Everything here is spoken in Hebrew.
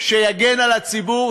שיגן על ציבור,